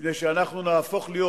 מפני שאנחנו נהפוך להיות